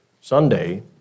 Sunday